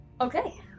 Okay